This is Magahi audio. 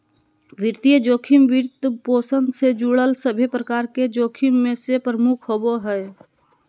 वित्तीय जोखिम, वित्तपोषण से जुड़ल सभे प्रकार के जोखिम मे से प्रमुख होवो हय